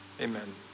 Amen